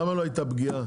למה לא הייתה פגיעה.